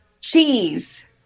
Cheese